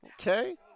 okay